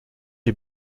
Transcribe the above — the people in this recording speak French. est